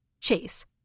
chase